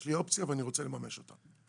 יש לי אופציה ואני רוצה לממש אותה.